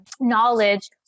knowledge